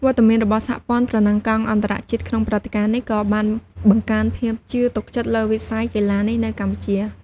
វត្តមានរបស់ សហព័ន្ធប្រណាំងកង់អន្តរជាតិ ក្នុងព្រឹត្តិការណ៍នេះក៏បានបង្កើនភាពជឿទុកចិត្តលើវិស័យកីឡានេះនៅកម្ពុជា។